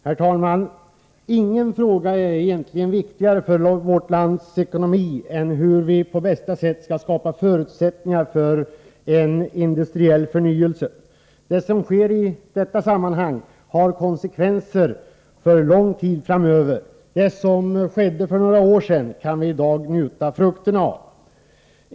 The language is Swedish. Herr talman! Ingen fråga är egentligen viktigare för vårt lands ekonomi än hur vi på bästa sätt skall skapa förutsättningar för en industriell förnyelse. Det som sker i detta sammanhang har konsekvenser för lång tid framöver. Det som skedde för några år sedan kan vi i dag njuta frukterna av.